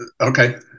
okay